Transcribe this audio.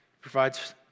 provides